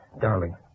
Darling